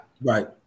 Right